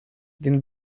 din